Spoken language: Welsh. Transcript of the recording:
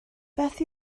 beth